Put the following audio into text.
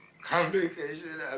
complication